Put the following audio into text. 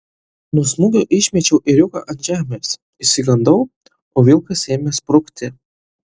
nuo smūgio išmečiau ėriuką ant žemės išsigandau o vilkas ėmė sprukti